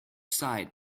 side